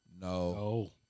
No